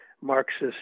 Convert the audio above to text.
Marxist